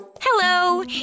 Hello